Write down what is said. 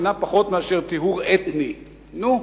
"אינה פחות מאשר טיהור אתני"; נו.